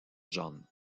john